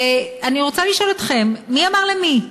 אני רוצה לשאול אתכם מי אמר למי: